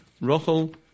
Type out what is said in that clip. Rachel